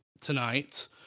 tonight